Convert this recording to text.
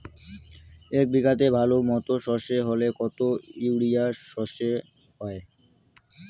এক বিঘাতে ভালো মতো সর্ষে হলে কত ইউরিয়া সর্ষে হয়?